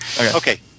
Okay